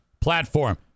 platform